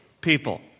people